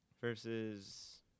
versus